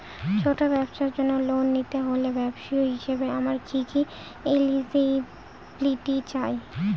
ছোট ব্যবসার জন্য লোন নিতে হলে ব্যবসায়ী হিসেবে আমার কি কি এলিজিবিলিটি চাই?